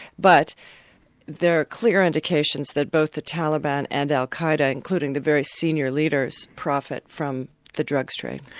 but there are clear indications that both the taliban and al-qa'eda, including the very senior leaders, profit from the drugs trade.